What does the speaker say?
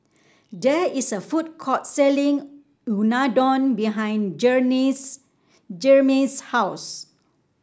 there is a food court selling Unadon behind Jermey's house